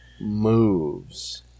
moves